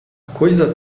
coisa